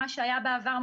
מה שהיה בעבר,